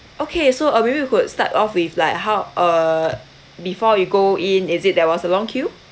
okay so uh maybe we could start off with like how uh before you go in is it there was a long queue